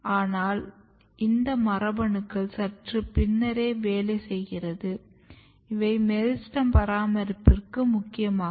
ஆனால் இந்த மரபணுக்கள் சற்று பின்னரே வேலை செய்கிறது இவை மெரிஸ்டெம் பராமரிப்பிற்கு முக்கியமாகும்